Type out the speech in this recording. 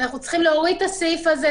ואנחנו צריכים להוריד את הסעיף הזה.